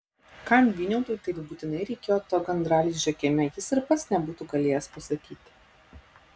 kam vyniautui taip būtinai reikėjo to gandralizdžio kieme jis ir pats nebūtų galėjęs pasakyti